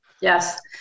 yes